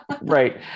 right